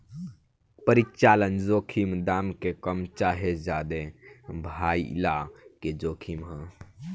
परिचालन जोखिम दाम के कम चाहे ज्यादे भाइला के जोखिम ह